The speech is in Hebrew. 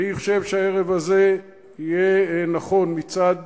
אני חושב שהערב הזה יהיה נכון מצד